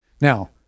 Now